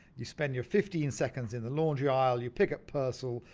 you spend your fifteen seconds in the laundry aisle, you pick up persil,